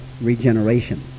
regeneration